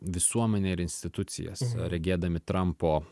visuomenę ir institucijas regėdami trampo